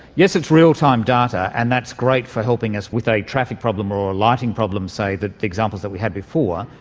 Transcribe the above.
yes, it's real-time data and that's great for helping us with a traffic problem or a lighting problem, say, the examples that we had before,